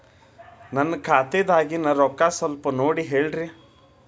ನನ್ನ ಖಾತೆದಾಗಿನ ರೊಕ್ಕ ಸ್ವಲ್ಪ ನೋಡಿ ಹೇಳ್ರಿ